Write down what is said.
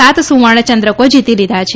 સાત સુવર્ણચંદ્રકો જીતી લીધા છે